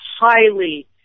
highly